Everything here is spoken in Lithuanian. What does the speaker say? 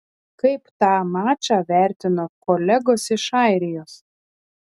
kaip tą mačą vertino kolegos iš airijos